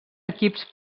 equips